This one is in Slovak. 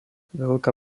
veľká